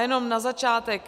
Jenom na začátek.